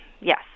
yes